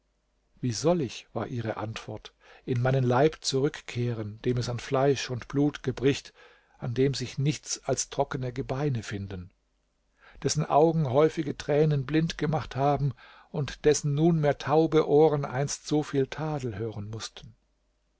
wie soll ich war ihre antwort in meinen leib zurückkehren dem es an fleisch und blut gebricht an dem sich nichts als trockene gebeine finden dessen augen häufige tränen blind gemacht haben und dessen nunmehr taube ohren einst so viel tadel hören mußten